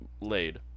laid